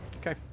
Okay